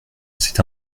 c’est